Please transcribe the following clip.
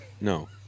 No